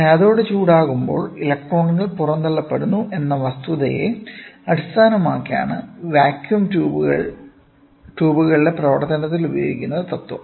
cathode ചൂടാകുമ്പോൾ ഇലക്ട്രോണുകൾ പുറന്തള്ളപ്പെടുന്നു എന്ന വസ്തുതയെ അടിസ്ഥാനമാക്കിയാണ് വാക്വം ട്യൂബുകളുടെ പ്രവർത്തനത്തിൽ ഉപയോഗിക്കുന്ന തത്വം